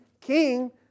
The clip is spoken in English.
king